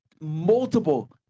multiple